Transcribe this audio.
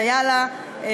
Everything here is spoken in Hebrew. ויאללה,